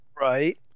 Right